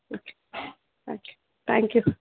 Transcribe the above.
okay thank you thank you